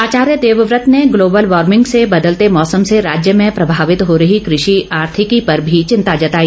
आचार्य देवव्रत ने global warming से बदलते मौसम से राज्य में प्रभावित हो रही कृषि आर्थिकी पर भी चिंता जताई